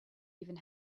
even